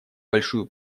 большую